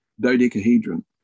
dodecahedron